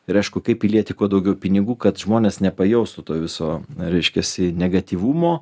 ir aišku kaip įlieti kuo daugiau pinigų kad žmonės nepajustų to viso reiškiasi negatyvumo